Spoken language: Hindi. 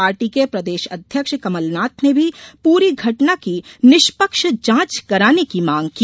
पार्टी के प्रदेश अध्यक्ष कमलनाथ ने भी पूरी घटना की निष्पक्ष जांच कराने की मांग की